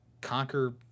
conquer